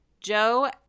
Joe